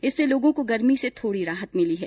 इससे लोगों को गर्मी से थोडी राहत मिली है